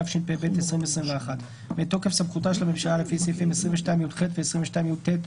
התשפ״ב-2021 מתוקף סמכותה של הממשלה לפי סעיפים 22יח ו-22יט(ב1)